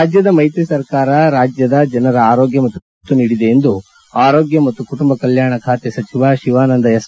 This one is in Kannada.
ರಾಜ್ಯದ ಮೈತ್ರಿ ಸರ್ಕಾರ ರಾಜ್ಯದ ಜನರ ಆರೋಗ್ಯ ಮತ್ತು ಶಿಕ್ಷಣಕ್ಕೆ ಒತ್ತು ನೀಡಿದೆ ಎಂದು ಆರೋಗ್ಯ ಮತ್ತು ಕುಟುಂಬ ಕಲ್ಯಾಣ ಖಾತೆ ಸಚಿವ ಶಿವಾನಂದ ಎಸ್